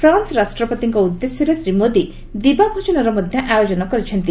France ରାଷ୍ଟ୍ରପତିଙ୍କ ଉଦ୍ଦେଶ୍ୟରେ ଶ୍ରୀ ମୋଦି ଦିବାଭୋଜନର ମଧ୍ୟ ଆୟୋଜନ କରିଛନ୍ତି